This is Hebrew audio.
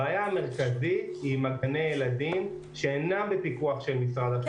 הבעיה המרכזית היא עם גני הילדים שאינם בפיקוח של משרד החינוך.